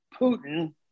Putin